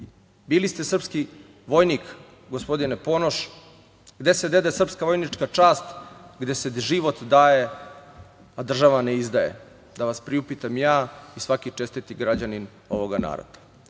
ste srpski vojnik, gospodine Ponoš. Gde se dede srpska vojnička čast, gde se život daje, a država ne izdaje, da vas priupitam ja i svaki čestiti građanin ovoga naroda?